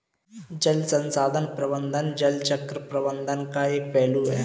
जल संसाधन प्रबंधन जल चक्र प्रबंधन का एक पहलू है